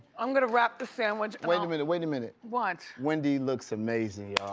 i'm gonna wrap this sandwich. wait a minute, wait a minute. what? wendy, looks amazing